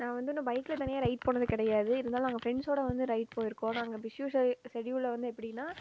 நான் வந்து ஒன்றும் பைக்கில் தனியாக ரைட் போனது கிடையாது இருந்தாலும் நாங்கள் ஃப்ரெண்ட்ஸோடு வந்து ரைட் போய்ருக்கோம் நாங்கள் பிஸ்யூ செட்யூலில் வந்து எப்படீன்னா